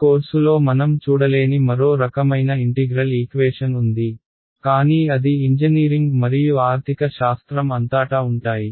ఈ కోర్సులో మనం చూడలేని మరో రకమైన ఇంటిగ్రల్ ఈక్వేషన్ ఉంది కానీ అది ఇంజనీరింగ్ మరియు ఆర్థిక శాస్త్రం అంతాటా ఉంటాయి